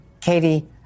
Katie